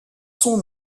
son